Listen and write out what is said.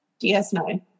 DS9